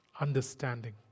understanding